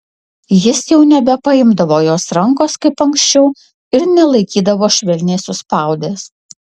jis jau nebepaimdavo jos rankos kaip anksčiau ir nelaikydavo švelniai suspaudęs